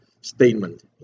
statement